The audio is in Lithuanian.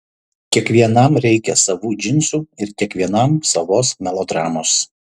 kiekvienam reikia savų džinsų ir kiekvienam savos melodramos